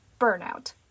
burnout